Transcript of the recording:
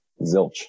zilch